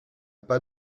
pas